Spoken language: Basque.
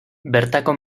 bertako